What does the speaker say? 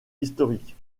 historique